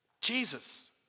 Jesus